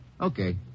Okay